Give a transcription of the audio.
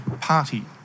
party